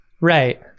right